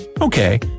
Okay